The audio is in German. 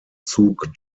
zug